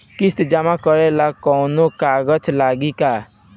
किस्त जमा करे ला कौनो कागज लागी का?